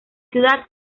ciudad